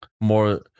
More